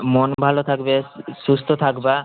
মন ভালো থাকবে সুস্থ থাকবে